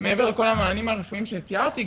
מעבר לכל המענים הרפואיים שתיארתי,